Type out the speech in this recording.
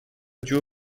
duo